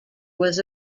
was